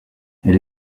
elle